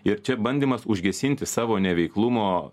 ir čia bandymas užgesinti savo neveiklumo